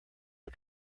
are